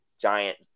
giant